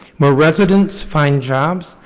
more residents find jobs,